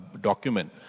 document